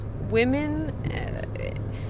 women